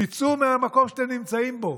תצאו מהמקום שאתם נמצאים בו.